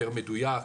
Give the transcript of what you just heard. יותר מדויק,